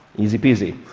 easy-peasy.